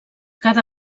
cada